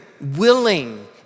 willing